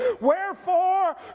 wherefore